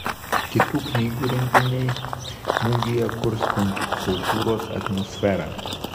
kitų knygų renginiai mugėje kurs kontrkultūros atmosferą